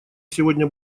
сегодня